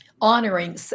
honoring